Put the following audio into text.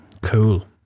Cool